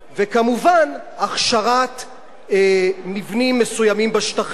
וכמובן, הכשרת מבנים מסוימים בשטחים.